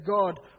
God